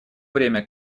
время